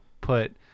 put